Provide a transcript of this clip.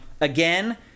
Again